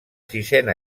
sisena